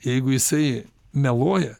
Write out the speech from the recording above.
jeigu jisai meluoja